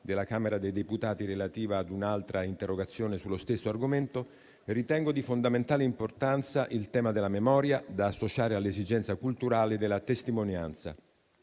della Camera dei deputati relativa ad un'altra interrogazione sullo stesso argomento, ritengo di fondamentale importanza il tema della memoria, da associare all'esigenza culturale della testimonianza,